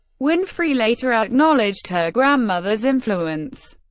winfrey later acknowledged her grandmother's influence,